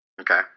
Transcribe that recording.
okay